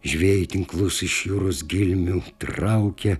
žvejai tinklus iš jūros gelmių traukia